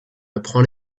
upon